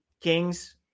Kings